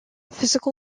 physical